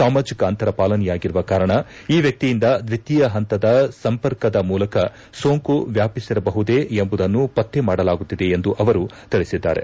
ಸಾಮಾಜಿಕ ಅಂತರ ಪಾಲನೆಯಾಗಿರುವ ಕಾರಣ ಈ ವ್ಯಕ್ತಿಯಿಂದ ದ್ವಿತಿಯ ಹಂತದ ಸಂಪರ್ಕದ ಮೂಲಕ ಸೋಂಕು ವ್ಯಾಪಿಸಿರಬಹುದೇ ಎಂಬುದನ್ನು ಪತ್ತೆ ಮಾಡಲಾಗುತ್ತಿದೆ ಎಂದು ಅವರು ತಿಳಿಸಿದ್ದಾರೆ